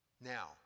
Now